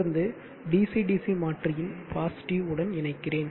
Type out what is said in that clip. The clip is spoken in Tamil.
தொடர்ந்து dc dc மாற்றியின் பாசிட்டிவ் உடன் இணைக்கிறேன்